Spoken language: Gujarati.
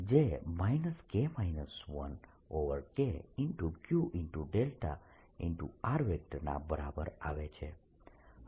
હતું જે K 1KQδ ના બરાબર આવે છે